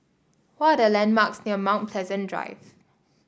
what are the landmarks near Mount Pleasant Drive